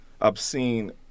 obscene